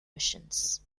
missions